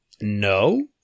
No